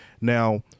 now